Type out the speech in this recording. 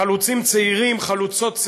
חלוצים צעירים, חלוצות צעירות,